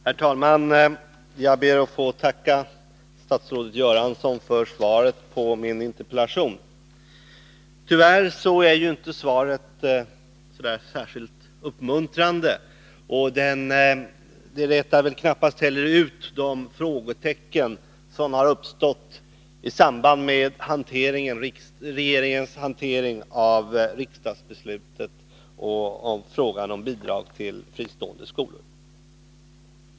Herr talman! Jag ber att få tacka statsrådet Göransson för svaret på min interpellation. Tyvärr är svaret inte särskilt uppmuntrande, och det klarar knappast ut de frågor som har uppstått i samband med regeringens hantering av riksdagsbeslutet när det gäller frågan om bidrag till fristående skolor.